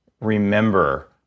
remember